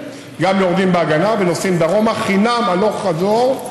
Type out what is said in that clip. גם יורדים בהגנה ונוסעים דרומה חינם הלוך-חזור,